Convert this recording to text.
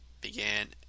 began